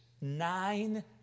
nine